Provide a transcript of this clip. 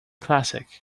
classic